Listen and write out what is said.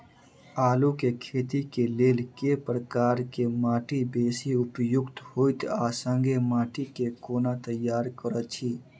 आलु केँ खेती केँ लेल केँ प्रकार केँ माटि बेसी उपयुक्त होइत आ संगे माटि केँ कोना तैयार करऽ छी?